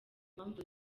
mpamvu